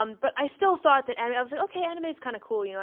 um but i still thought that anime. i was like, okay, anime is kind of cool. you know